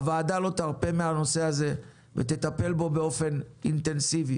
הוועדה לא תרפה מהנושא הזה ותטפל בו באופן אינטנסיבי.